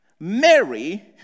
Mary